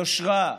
יושרה,